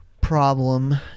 problem